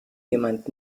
jemand